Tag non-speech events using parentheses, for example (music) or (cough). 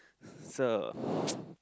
so (breath) (noise)